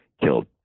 killed